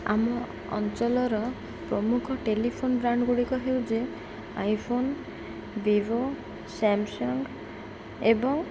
ଆମ ଅଞ୍ଚଳର ପ୍ରମୁଖ ଟେଲିଫୋନ୍ ବ୍ରାଣ୍ଡ ଗୁଡ଼ିକ ହେଉଛି ଆଇଫୋନ୍ ଭିବୋ ସାମ୍ସଙ୍ଗ୍ ଏବଂ